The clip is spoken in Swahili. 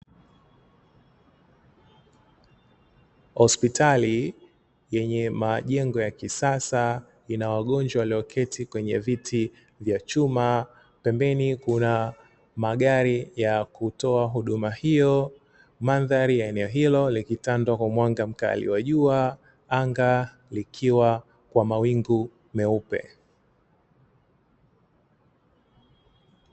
Hospitali yenye majengo ya kisasa ina wagonjwa walioketi kwenye viti vya chuma, pembeni kuna magari ya kutoa huduma hiyo, mandhari ya eneo hilo likitandwa kwa mwanga mkali wa jua anga likiwa kwa mawingu meupe.